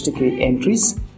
entries